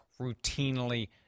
routinely